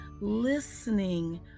listening